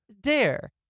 dare